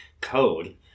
code